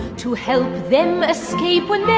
to help them escape? and